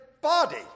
body